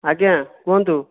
ଆଜ୍ଞା କୁହନ୍ତୁ